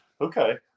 Okay